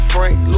Frank